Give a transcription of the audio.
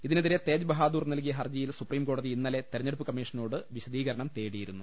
ഇതിനെതിരെ തേജ് ബഹാദൂർ നൽകിയ ഹർജിയിൽ സുപ്രീംകോടതി ഇന്നലെ തെരഞ്ഞെടുപ്പ് കമ്മീഷനോട് വിശദീകരണം തേടിയിരുന്നു